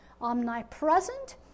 omnipresent